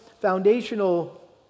foundational